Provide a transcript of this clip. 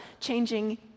changing